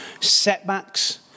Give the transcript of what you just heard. setbacks